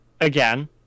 Again